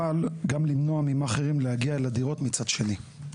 אבל גם למנוע ממאכרים להגיע אל הדירות מצד שני.